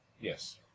Yes